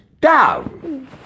down